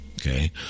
okay